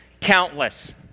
Countless